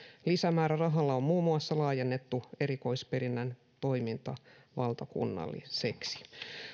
lisämäärärahalla on muun muassa laajennettu erikoisperinnän toiminta valtakunnalliseksi